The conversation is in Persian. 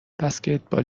بسکتبال